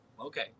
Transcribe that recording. okay